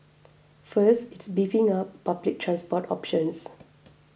first it is beefing up public transport options